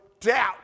doubt